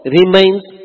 remains